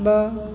ॿ